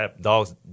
dogs